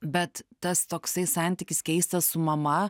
bet tas toksai santykis keistas su mama